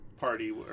party